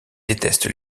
déteste